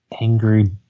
angry